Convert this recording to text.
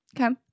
Okay